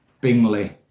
Bingley